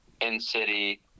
in-city